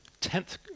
tenth